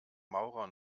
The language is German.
maurer